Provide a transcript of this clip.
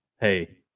Hey